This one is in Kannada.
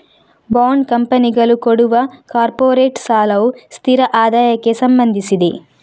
ಬಾಂಡ್ ಕಂಪನಿಗಳು ಕೊಡುವ ಕಾರ್ಪೊರೇಟ್ ಸಾಲವು ಸ್ಥಿರ ಆದಾಯಕ್ಕೆ ಸಂಬಂಧಿಸಿದೆ